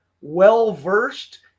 well-versed